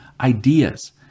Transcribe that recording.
ideas